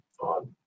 on